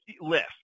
list